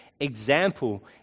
example